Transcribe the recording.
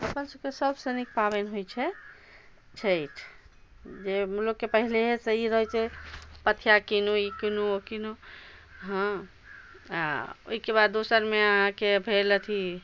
हमरसबके सबसँ नीक पाबनि होइ छै छठि जे लोकके पहिलेहे सँ ई रहै छै पथिया किनु ई किनु ओ किनु हँ आ ओहिकेबाद दोसर मे अहाँके भेल अथी